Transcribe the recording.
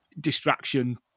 distraction